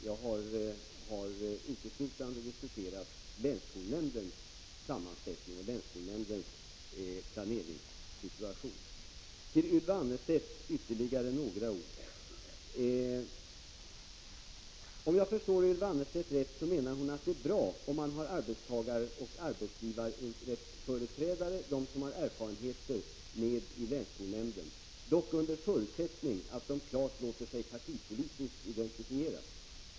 Jag har uteslutande diskuterat länsskolnämndernas sammansättning och planeringssituation. Till Ylva Annerstedt vill jag säga ytterligare några ord. Om jag förstår Ylva Annerstedt rätt menar hon att det är bra, om man har arbetsgivaroch arbetstagarföreträdare, som har erfarenheter, med i länsskolnämnderna — dock under förutsättning att de klart låter sig partipolitiskt identifieras.